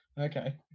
Okay